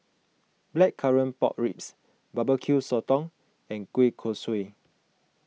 Blackcurrant Pork Ribs Barbecue Sotong and Kueh Kosui